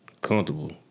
comfortable